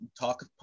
talk